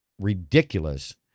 ridiculous